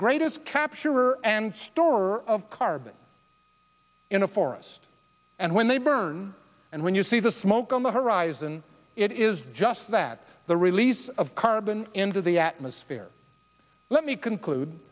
greatest capture and store of carbon in a forest and when they burn and when you see the smoke on the horizon it is just that the release of carbon into the atmosphere let me conclude